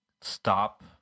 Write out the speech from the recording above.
stop